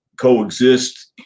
coexist